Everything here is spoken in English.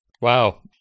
Wow